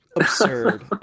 absurd